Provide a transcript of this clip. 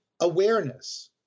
awareness